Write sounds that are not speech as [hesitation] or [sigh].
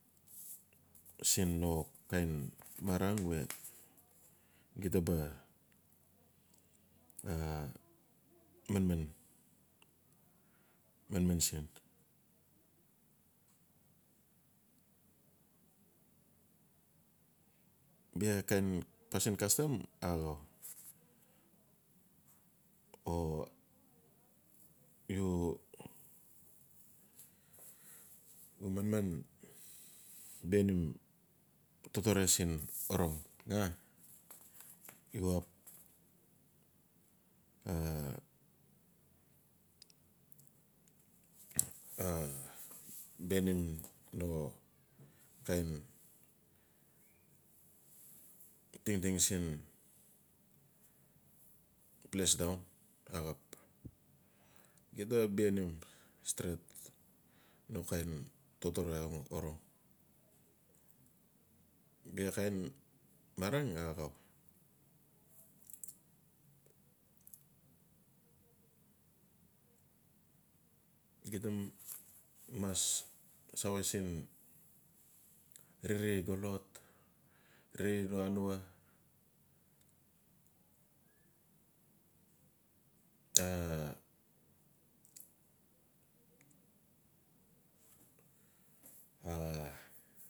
Siin no marang we [noise] gita ba a manman-manman siin. Bia kain pasin custom axau. o u [hesitation] manman bianim totore siin orong a. u xap a [hesitation] bianim no kain tingting siin ples daun axap. Gita bianim tret no kain totore axau orong. Bia kainmarang axap [hesitation] gita mas save riri xolot. ri no hanua a-a.